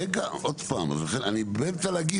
רגע עוד פעם אז לכן אני באמצע להגיד